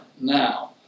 now